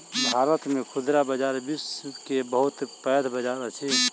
भारत के खुदरा बजार विश्व के बहुत पैघ बजार अछि